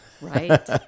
right